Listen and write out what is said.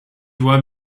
vois